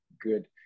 good